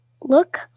look